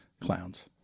Clowns